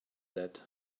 that